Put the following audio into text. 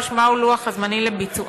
3. מהו לוח הזמנים לביצוען,